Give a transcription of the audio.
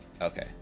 Okay